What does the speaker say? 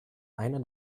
einer